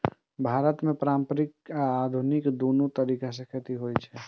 भारत मे पारंपरिक आ आधुनिक, दुनू तरीका सं खेती होइ छै